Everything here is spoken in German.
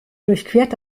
durchquert